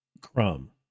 crumb